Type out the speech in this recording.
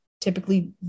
typically